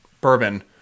bourbon